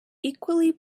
equally